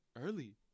early